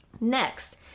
Next